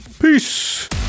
Peace